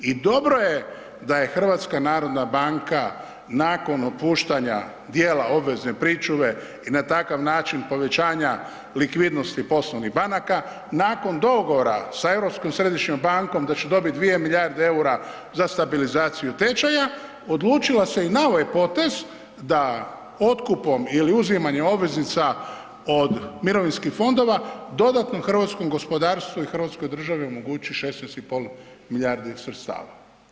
I dobro je da je HNB nakon opuštanja dijela obvezne pričuve i na takav način povećanja likvidnosti poslovnih banaka, nakon dogovora sa Europskom središnjom bankom, da će dobiti 2 milijarde eura za stabilizaciju tečaja, odlučila se i na ovaj potez, da otkupom ili uzimanjem obveznica od mirovinskih fondova, dodatno hrvatskom gospodarstvu i hrvatskoj državi omogući 16,5 milijardi sredstava.